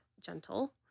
gentle